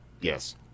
Yes